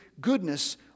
goodness